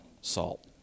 salt